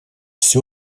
все